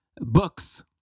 books